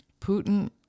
Putin